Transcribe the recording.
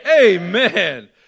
Amen